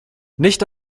nicht